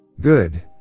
Good